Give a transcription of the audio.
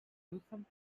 something